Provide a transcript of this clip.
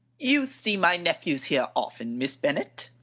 you see my nephews here often, miss bennet?